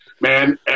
man